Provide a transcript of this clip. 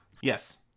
Yes